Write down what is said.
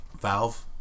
Valve